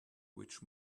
which